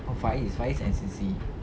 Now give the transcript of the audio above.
oh faiz faiz N_C_C